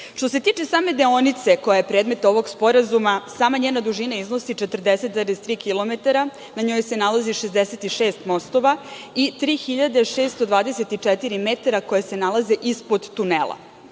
se tiče same deonice koja je predmet ovog sporazuma, sama njena dužina iznosi 40,3 kilometara, na njoj se nalazi 66 mostova i 3.624 metara koja se nalaze ispod tunela.